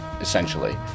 essentially